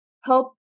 help